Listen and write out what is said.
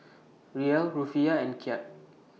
Riel Rufiyaa and Kyat